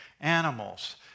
animals